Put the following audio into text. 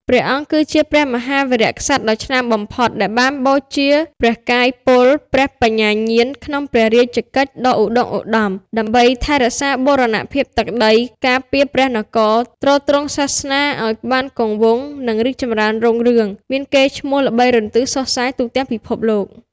ព្រះអង្គគឺជាព្រះមហាវីរក្សត្រដ៏ឆ្នើមបំផុត ដែលបានបូជាព្រះកាយពល ព្រះបញ្ញាញាណក្នុងព្រះរាជកិច្ចដ៏ឧត្ដុង្គឧត្ដម ដើម្បីថែរក្សាបូរណភាពទឹកដី ការពារព្រះនគរ ទ្រទ្រង់សាសនាឱ្យបានគង់វង្ស និងរីកចម្រើនរុងរឿង មានកេរ្តិ៍ឈ្មោះល្បីរន្ទឺសុសសាយទូទាំងពិភពលោក។